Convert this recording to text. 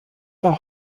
war